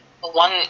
One